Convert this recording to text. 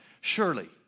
Surely